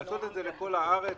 לעשות את זה לכל הארץ,